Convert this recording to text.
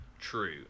true